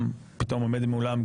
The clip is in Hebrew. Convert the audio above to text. כמו שהודעתי לכם,